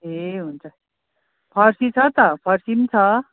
ए हुन्छ फर्सी छ त फर्सी पनि छ